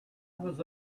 was